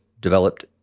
developed